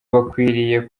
bakwiriye